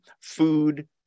food